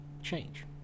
change